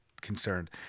concerned